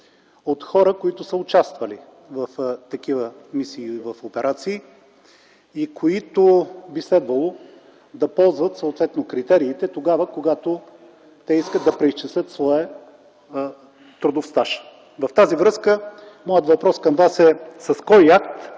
от хора, участвали в такива мисии в операции и които би следвало да ползват критериите, когато искат да преизчислят своя трудов стаж. В тази връзка моят въпрос към Вас е: с кой акт